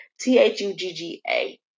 T-H-U-G-G-A